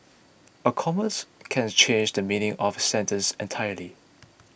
a commas can change the meaning of a sentence entirely